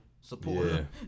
Supporter